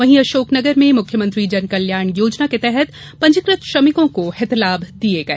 वहीं अशोकनगर में मुख्यमंत्री जनकल्याण योजना के तहत पंजीकृत श्रमिकों को हितलाम दिये गये